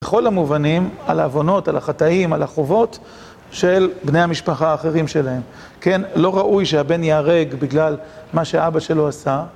בכל המובנים, על העוונות, על החטאים, על החובות של בני המשפחה האחרים שלהם. כן, לא ראוי שהבן יהרג בגלל מה שאבא שלו עשה...